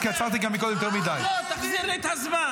תעצור את זה ותחזיר לי את הזמן.